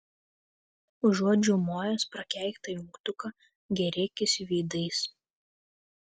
užuot žiaumojęs prakeiktą jungtuką gėrėkis veidais